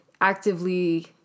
actively